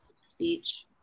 speech